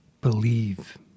Believe